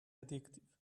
addictive